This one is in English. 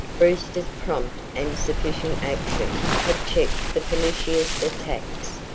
brewster's prompt and sufficient action had checked the pernicious attacks,